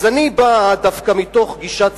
אז אני בא דווקא מתוך גישה ציונית,